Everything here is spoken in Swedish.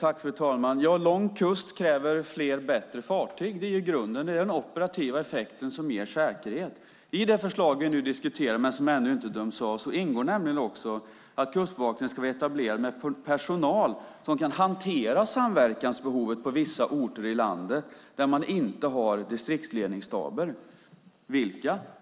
Fru talman! Lång kust kräver flera och bättre fartyg. Det är grunden. Det är den operativa effekten som ger säkerhet. I det förslag som vi nu diskuterar men som ännu inte har dömts av ingår också att Kustbevakningen ska vara etablerad med personal som kan hantera samverkansbehovet på vissa orter i landet där det inte finns distriktsledningsstaber. Vilka?